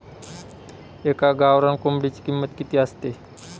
एका गावरान कोंबडीची किंमत किती असते?